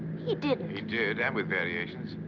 he didn't. he did, and with variations.